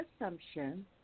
assumption